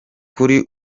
kuri